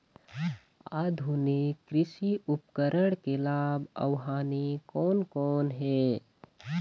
आधुनिक कृषि उपकरण के लाभ अऊ हानि कोन कोन हे?